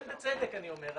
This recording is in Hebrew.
עליהם בצדק.